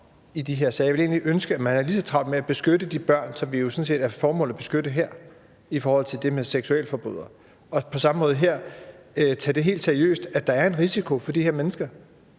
Jeg ville egentlig ønske, at man havde lige så travlt med at beskytte de børn, som det jo sådan set er formålet at beskytte her, i forhold til det med seksualforbrydere; og på samme måde dér tage det helt seriøst, at der er en risiko for, at de her mennesker,